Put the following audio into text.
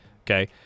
Okay